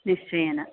निश्चयेन